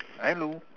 hello